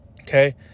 okay